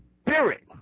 spirit